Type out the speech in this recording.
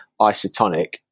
isotonic